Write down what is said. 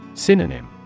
Synonym